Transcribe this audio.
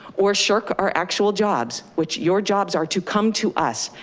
or shirk our actual jobs, which your jobs are to come to us,